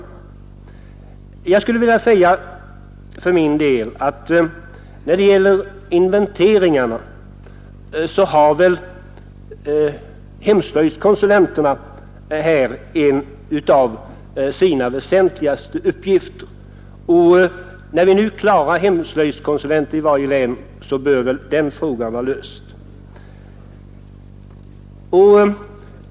Beträffande inventeringarna vill jag för min del säga att hemslöjdskonsulenterna väl där har en av sina väsentligaste uppgifter, och när vi nu får sådana konsulenter i varje län bör den frågan vara löst.